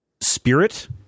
spirit